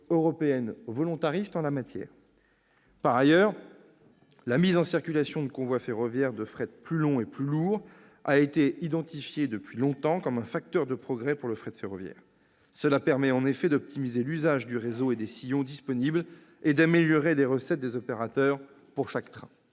européenne volontariste en la matière. Par ailleurs, la mise en circulation de convois ferroviaires de fret plus longs et plus lourds a été identifiée depuis longtemps comme un facteur de progrès pour le fret ferroviaire. Cela permet en effet d'optimiser l'usage du réseau et des sillons disponibles et d'améliorer les recettes des opérateurs pour chaque train.